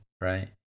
right